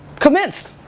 convinced.